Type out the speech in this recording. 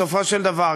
בסופו של דבר,